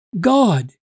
God